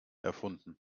erfunden